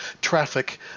traffic